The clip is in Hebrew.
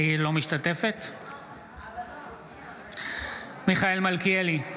אינה משתתפת בהצבעה מיכאל מלכיאלי,